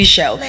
Show